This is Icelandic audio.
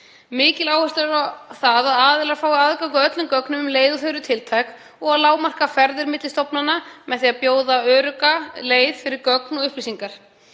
Mikil áhersla er lögð á að aðilar fái aðgang að öllum gögnum um leið og þau eru tiltæk og að lágmarka ferðir milli stofnana með því að bjóða örugga leið fyrir gögn og upplýsingar.